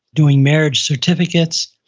doing marriage certificates.